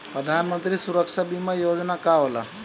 प्रधानमंत्री सुरक्षा बीमा योजना का होला?